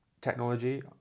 technology